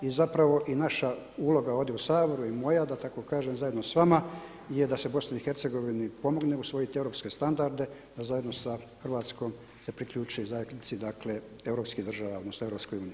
I zapravo i naša uloga ovdje u Saboru i moja da tako kažem zajedno s vama je da se BiH pomogne usvojiti europske standarde da se zajedno sa Hrvatskom priključi zajednici dakle europskih država, odnosno EU.